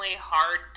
hard